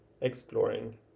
exploring